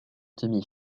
demi